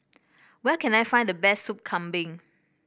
where can I find the best Soup Kambing